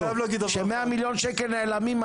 שמאה מיליון שקל נעלמים,